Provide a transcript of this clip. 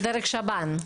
דרך השב"ן.